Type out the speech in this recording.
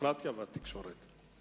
הדמוקרטיה והתקשורת.